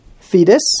fetus